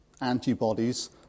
antibodies